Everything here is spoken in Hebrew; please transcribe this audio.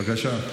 בבקשה.